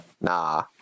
Nah